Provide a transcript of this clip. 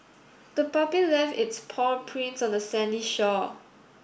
the puppy left its paw prints on the sandy shore